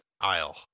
aisle